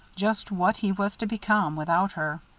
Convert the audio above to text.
just what he was to become, without her.